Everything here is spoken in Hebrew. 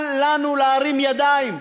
אל לנו להרים ידיים.